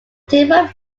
timber